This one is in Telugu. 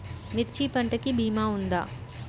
మిర్చి పంటకి భీమా ఉందా?